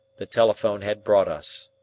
the telephone had brought us.